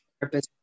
purpose